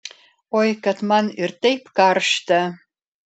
oi kad man ir taip karšta